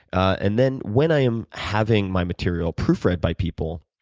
and then when i am having my material proof read by people,